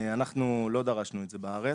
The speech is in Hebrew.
אנחנו לא דרשנו את זה בארץ.